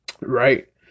right